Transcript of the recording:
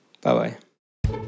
Bye-bye